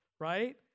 right